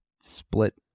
split